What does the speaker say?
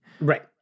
Right